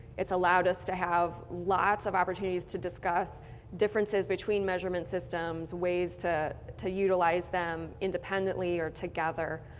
it's allowed us to have lots of opportunities to discuss differences between measurement systems, ways to to utilize them independently or together,